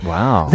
Wow